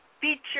feature